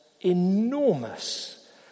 enormous